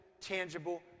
tangible